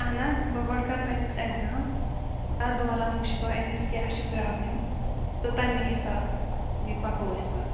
اَہَن حظ بہٕ گۄڈٕ کَرٕ بہٕ أمِس ایکزام تَتھ دوران وُچھٕ بہٕ أمِس کیٛاہ چھِ پرابلِم تہٕ تَمے حِساب یہِ پَکو أسۍ پَتہٕ